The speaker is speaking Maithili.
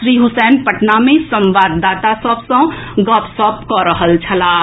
श्री हुसैन पटना मे संवाददाता सभ सँ गपशप कऽ रहल छलाह